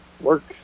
works